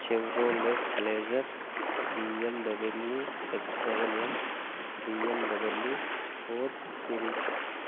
Chevrolet blazer B M W X seven BMW four series